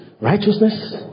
Righteousness